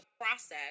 process